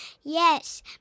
Yes